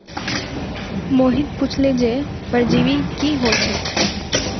मोहित पुछले जे परजीवी की ह छेक